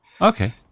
Okay